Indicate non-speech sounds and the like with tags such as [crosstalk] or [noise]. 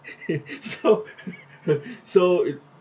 [laughs] so [laughs] so it